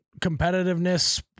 competitiveness